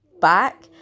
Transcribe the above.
back